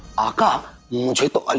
ago' was right but ah